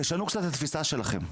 תשנו קצת את התפיסה שלכם,